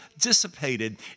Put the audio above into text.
dissipated